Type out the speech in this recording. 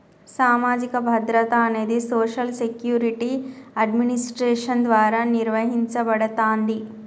సామాజిక భద్రత అనేది సోషల్ సెక్యూరిటీ అడ్మినిస్ట్రేషన్ ద్వారా నిర్వహించబడతాంది